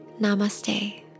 Namaste